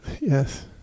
yes